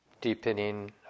deepening